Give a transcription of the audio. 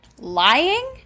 Lying